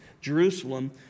Jerusalem